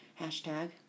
Hashtag